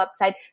website